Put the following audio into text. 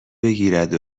بگیرد